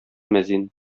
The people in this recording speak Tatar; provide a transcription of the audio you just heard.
мәзин